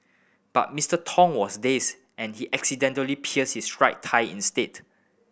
but Mister Tong was dazed and he accidentally pierced his right thigh instead